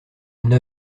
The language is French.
neuf